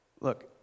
look